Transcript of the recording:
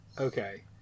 Okay